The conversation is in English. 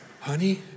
honey